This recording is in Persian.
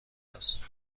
است